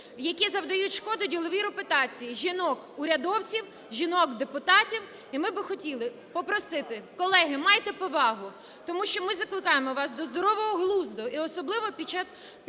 які завдають шкоди діловій репутації жінок-урядовців, жінок-депутатів. І ми би хотіли попросити, колеги: майте повагу! Тому що ми закликаємо вас до здорового глузду і особливо перед